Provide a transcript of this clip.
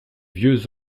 vieux